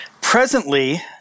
Presently